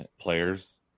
players